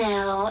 Now